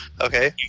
okay